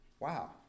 Wow